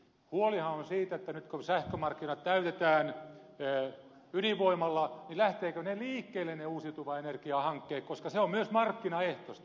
huolihan on siitä että nyt kun sähkömarkkinat täytetään ydinvoimalla niin lähtevätkö ne liikkeelle ne uusiutuvan energian hankkeet koska se on myös markkinaehtoista